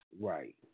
Right